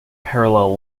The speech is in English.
parallel